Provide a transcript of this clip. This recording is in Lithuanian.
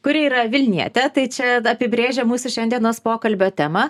kuri yra vilnietė tai čia apibrėžia mūsų šiandienos pokalbio temą